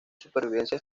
supervivencia